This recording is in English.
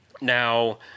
now